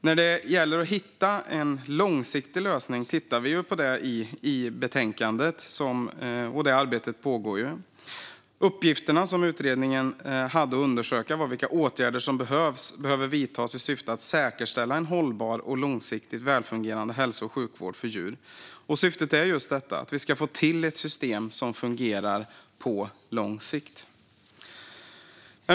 När det gäller att hitta en långsiktig lösning tittar vi på detta i betänkandet; det arbetet pågår. Utredningen hade i uppgift att undersöka vilka åtgärder som behöver vidtas i syfte att säkerställa en hållbar och långsiktigt välfungerande hälso och sjukvård för djur. Och syftet är just detta: att vi ska få till ett system som fungerar på lång sikt.